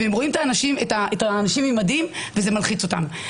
הם רואים אנשים עם מדים וזה מלחיץ אותם.